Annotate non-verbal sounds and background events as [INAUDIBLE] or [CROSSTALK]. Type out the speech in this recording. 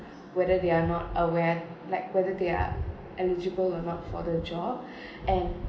whether they are not aware like whether they are eligible or not for the job [BREATH] and